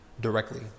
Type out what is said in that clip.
directly